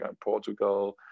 Portugal